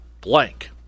blank